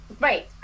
right